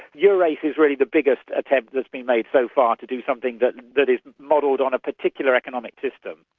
eurace is really the biggest attempt that's been made so far, to do something that that is modelled on a particular economic system.